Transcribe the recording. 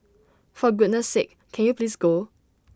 for goodness sake can you please go